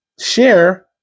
share